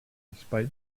despite